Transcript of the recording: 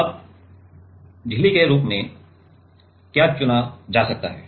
अब झिल्ली के रूप में क्या चुना जा सकता है